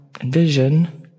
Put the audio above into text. envision—